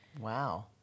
Wow